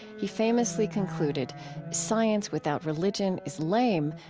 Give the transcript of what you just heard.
he famously concluded science without religion is lame.